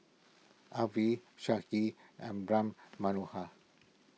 Arvind Sudhir and Ram Manohar